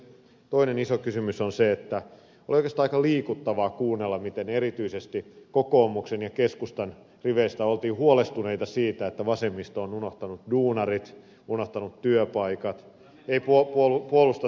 toinen iso kysymys on se että oli oikeastaan aika liikuttavaa kuunnella miten erityisesti kokoomuksen ja keskustan riveistä oltiin huolestuneita siitä että vasemmisto on unohtanut duunarit unohtanut työpaikat ei puolusta työläisiä